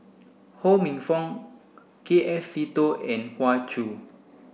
Ho Minfong K F Seetoh and Hoey Choo